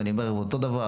אז אני אומר אותו דבר,